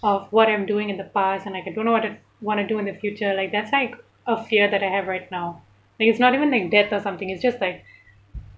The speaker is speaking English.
of what I'm doing in the bars and I don't know what to what to do in the future like that's like a fear that I have right now and it's not even like death or something it's just like